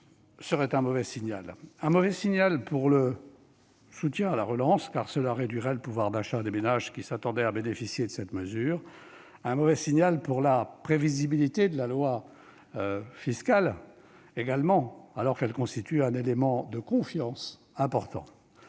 serait un mauvais signal. Ce serait un mauvais signal pour le soutien à la relance, car cela réduirait le pouvoir d'achat des ménages qui s'attendaient à bénéficier de cette mesure. Ce serait un mauvais signal pour la prévisibilité de la loi de fiscale également, alors que celle-ci constitue un élément de confiance important.